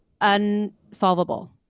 unsolvable